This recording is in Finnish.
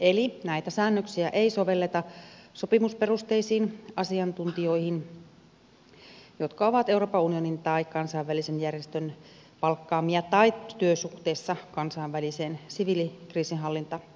eli näitä säännöksiä ei sovelleta sopimusperusteisiin asiantuntijoihin jotka ovat euroopan unionin tai kansainvälisen järjestön palkkaamia tai työsuhteessa kansainväliseen siviilikriisinhallintaoperaatioon